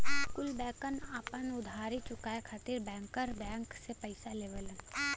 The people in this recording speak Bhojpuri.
कुल बैंकन आपन उधारी चुकाये खातिर बैंकर बैंक से पइसा लेवलन